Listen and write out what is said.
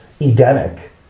Edenic